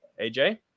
aj